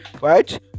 right